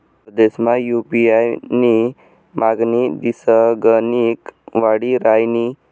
परदेसमा यु.पी.आय नी मागणी दिसगणिक वाडी रहायनी